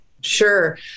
Sure